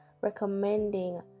recommending